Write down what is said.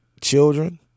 children